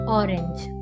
orange